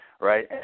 right